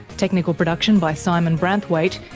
technical production by simon branthwaite,